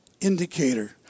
indicator